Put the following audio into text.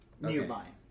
nearby